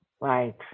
Right